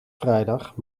vrijdag